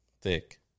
thick